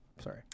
Sorry